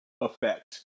effect